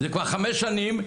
זה כבר חמש שנים,